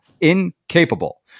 Incapable